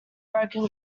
broken